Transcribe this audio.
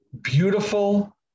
beautiful